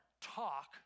talk